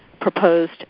proposed